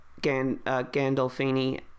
gandolfini